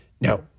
No